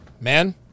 man